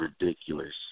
ridiculous